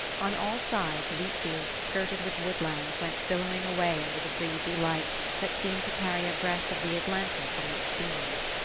on all sides wheat-fields skirted with woodland went billowing away under the breezy light that seemed to carry a breath of the atlantic on its beams.